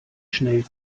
schnell